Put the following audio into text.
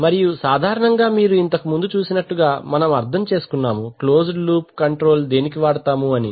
మరియు సాధారణంగా మీరు ఇంతకుముందు చూసినట్లుగా మనముఅర్థం చేసుకున్నాము క్లోజ్డ్ లూప్ కంట్రోల్ దేనికి వాడతాము అని